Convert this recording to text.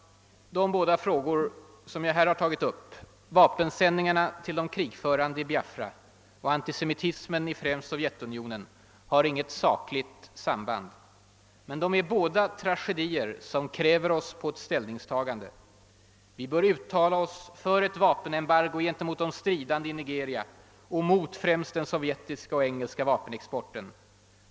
De båda frågor som jag här har tagit upp — vapensändningarna till de krigförande i Biafra och antisemitis men i främst Sovjetunionen — har inget sakligt samband. Men de är båda tragedier som kräver oss på ett ställningstagande. Vi bör uttala oss för ett vapenembargo gentemot de stridande i Nigeria och mot främst den sovjetiska och engelska vapenexporten.